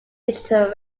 digital